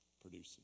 producing